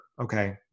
Okay